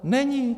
Není.